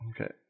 Okay